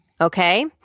Okay